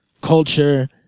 culture